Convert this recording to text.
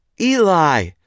Eli